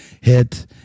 hit